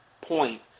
point